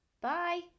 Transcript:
Bye